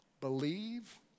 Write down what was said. Believe